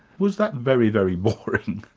was that very, very boring?